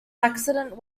accident